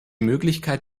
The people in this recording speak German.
möglichkeit